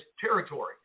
territory